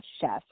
chef's